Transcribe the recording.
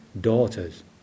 daughters